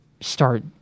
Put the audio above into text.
start